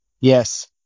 Yes